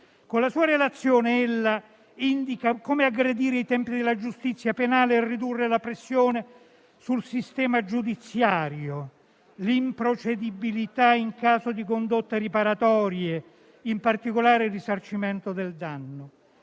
Con la sua relazione ella indica come aggredire i tempi della giustizia penale e ridurre la pressione sul sistema giudiziario: l'improcedibilità in caso di condotte riparatorie, in particolare il risarcimento del danno.